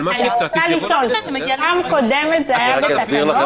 --- אני רוצה לשאול, פעם קודמת זה היה בתקנות?